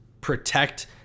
protect